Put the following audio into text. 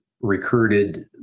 recruited